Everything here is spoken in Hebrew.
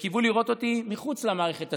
וקיוו לראות אותי מחוץ למערכת הציבורית,